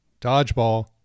Dodgeball